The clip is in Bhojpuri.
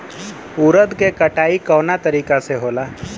उरद के कटाई कवना तरीका से होला?